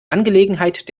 angelegenheit